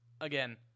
again